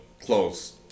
close